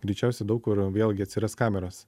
greičiausiai daug kur vėlgi atsiras kameros